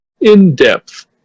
in-depth